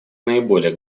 наиболее